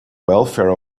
welfare